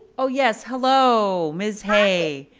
oh yes, hello, ms. hay.